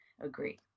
agree